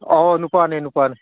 ꯑꯧ ꯑꯧ ꯅꯨꯄꯥꯅꯦ ꯅꯨꯄꯥꯅꯦ